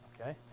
Okay